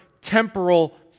temporal